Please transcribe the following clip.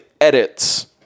edits